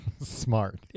Smart